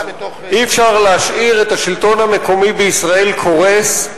אי-אפשר להשאיר את השלטון המקומי בישראל קורס,